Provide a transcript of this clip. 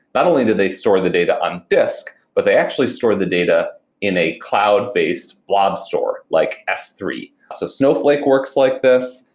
not only do they store the data on disk, but they actually store the data in a cloud-based blob store, like s three. so snowflake works like this.